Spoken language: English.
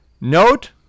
Note